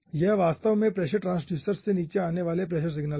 यह वास्तव में प्रेशर ट्रांसड्यूसर्स से नीचे आने वाले प्रेशर सिग्नल है